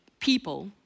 people